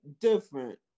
different